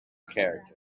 character